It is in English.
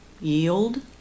Yield